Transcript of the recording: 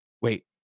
Wait